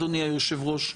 אדוני היושב ראש,